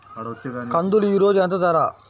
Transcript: కందులు ఈరోజు ఎంత ధర?